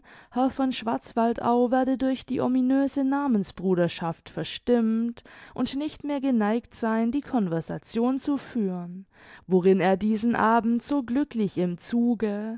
herr von schwarzwaldau werde durch die ominöse namens bruderschaft verstimmt und nicht mehr geneigt sein die conversation zu führen worin er diesen abend so glücklich im zuge